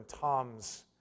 Tom's